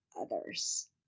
others